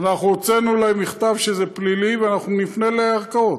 אנחנו הוצאנו להם מכתב שזה פלילי ואנחנו נפנה לערכאות,